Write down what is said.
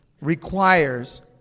requires